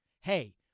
Hey